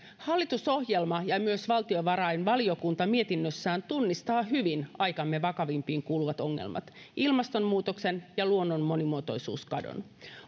hallitusohjelma ja myös valtiovarainvaliokunta mietinnössään tunnistaa hyvin aikamme vakavimpiin kuuluvat ongelmat ilmastonmuutoksen ja luonnon monimuotoisuuskadon